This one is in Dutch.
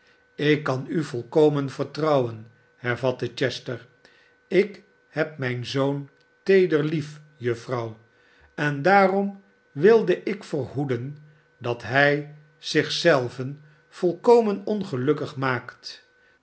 ik kan u volkomen vertrouwen hervatte chester ik heb mijn zpon teeder lief juffrouw en daarom wilde ik verhoeden dat hij zich zelven volkomen ongelukkig maakt